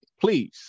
Please